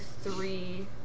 three